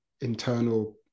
internal